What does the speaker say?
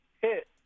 hit